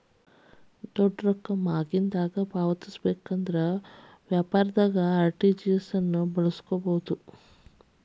ದೊಡ್ಡ ಮೊತ್ತ ವನ್ನ ಆಗಿಂದಾಗ ಪಾವತಿಸಲಿಕ್ಕೆ ವ್ಯಾಪಾರದಿಂದ ಆರ್.ಟಿ.ಜಿ.ಎಸ್ ಅನ್ನು ಬಳಸ್ಕೊಬೊದು